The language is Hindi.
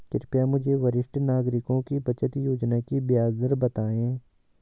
कृपया मुझे वरिष्ठ नागरिकों की बचत योजना की ब्याज दर बताएं